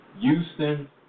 Houston